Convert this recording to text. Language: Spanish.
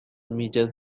millas